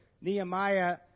Nehemiah